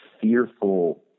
fearful